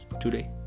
today